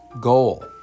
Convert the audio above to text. goal